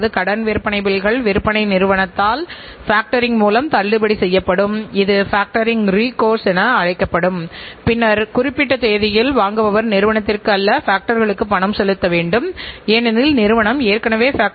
இலாப நோக்கத்திற்காக நாம் அதைச் செய்கிறோமா அல்லது இலாப நோக்கமின்றி அதைச் செய்கிறோமா என்பது முக்கிய விஷயம் அல்ல முக்கியமான விஷயம் என்னவென்றால் நாம் ஏன் உற்பத்தி செய்கிறோம்